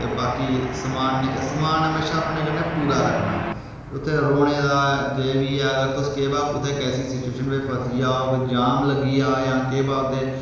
ते बाकी समानै समान म्हेशां अपने कन्नै पूरा रक्खना उत्थे रौह्ने दा जे बी ऐ अगर तुस केह् पता कुत्थै कैसी सिचुएशन बिच्च फसी जाओ कोई जाम लग्गी जा जां केह् पता उत्थे